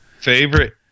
favorite